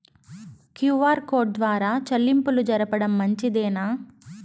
QR code ద్వారా చెల్లింపులు జరపడం మంచిదేనా?